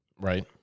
Right